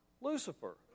Lucifer